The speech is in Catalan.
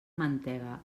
mantega